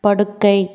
படுக்கை